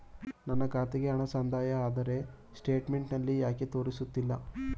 ನನ್ನ ಖಾತೆಗೆ ಹಣ ಸಂದಾಯ ಆದರೆ ಸ್ಟೇಟ್ಮೆಂಟ್ ನಲ್ಲಿ ಯಾಕೆ ತೋರಿಸುತ್ತಿಲ್ಲ?